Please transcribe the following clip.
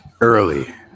early